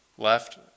left